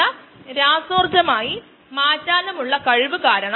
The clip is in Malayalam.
ഇതാണ് ഇനിഷ്യൽ സെൽ സാന്ദ്രത